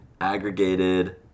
Aggregated